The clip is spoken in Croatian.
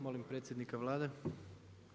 Molim predsjednika Vlade.